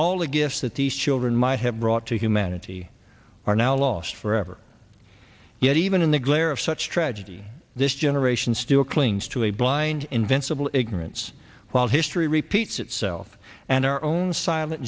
all the gifts that these children might have brought to humanity are now lost forever yet even in the glare of such tragedy this generation still clings to a blind invincible ignorance while history repeats itself and our own silent